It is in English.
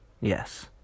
Yes